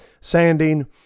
sanding